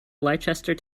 leicester